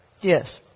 Yes